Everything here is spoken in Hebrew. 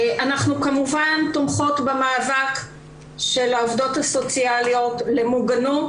אנחנו כמובן תומכות במאבק של העובדות הסוציאליות למוגנות